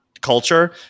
culture